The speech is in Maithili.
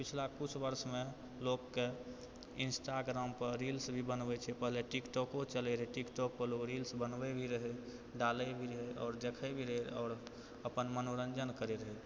पछिला किछु वर्षमे लोकके इन्स्टाग्रामपर रील्स भी बनबै छै पहले टिक टोको चलै रहै टिकटोकपर लोक रील्स बनबै भी रहै डालै भी रहै आओर देखै भी रहै आओर अपन मनोरञ्जन करै रहै